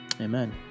Amen